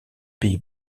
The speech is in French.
pays